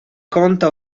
conta